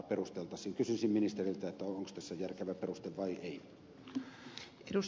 kysyisin ministeriltä onko tässä järkevä peruste vai ei